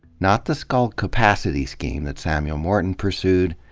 not the skull capacity scheme that samuel morton pursued,